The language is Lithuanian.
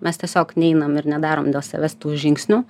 mes tiesiog neinam ir nedarom dėl savęs tų žingsnių